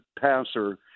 passer